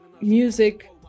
music